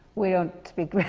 we don't speak